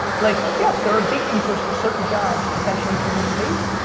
like yes, there are gatekeepers for certain jobs potentially for you to taste.